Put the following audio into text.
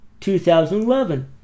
2011